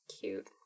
Cute